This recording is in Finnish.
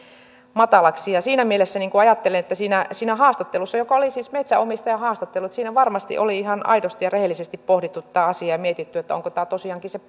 matalaksi siinä mielessä ajattelen että siinä haastattelussa joka oli siis metsänomistajan haastattelu varmasti oli ihan aidosti ja rehellisesti pohdittu tätä asiaa ja mietitty onko tämä tosiaankin se